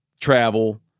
travel